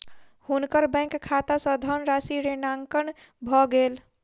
हुनकर बैंक खाता सॅ धनराशि ऋणांकन भ गेल